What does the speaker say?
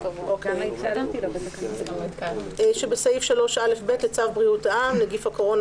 (1)- -- שבסעיף 3א(ב) לצו בריאות העם (נגיף הקורונה